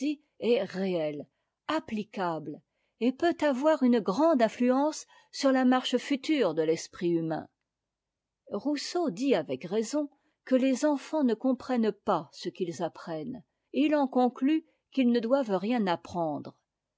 est réelle applicable et peut avoir une grande influence sur la marche future de l'esprit humain rousseau dit avec raison que les enfants ne comprennent pas ce qu'ils apprennent et il en conclut qu'ils ne doivent rien apprendre